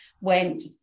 went